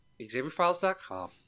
XavierFiles.com